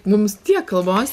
mums tiek kalbos